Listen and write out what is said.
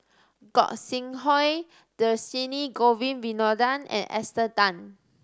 Gog Sing Hooi Dhershini Govin Winodan and Esther Tan